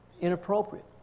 inappropriate